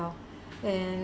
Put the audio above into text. and